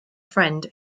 friend